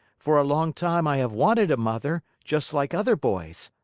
for a long time i have wanted a mother, just like other boys.